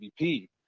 MVP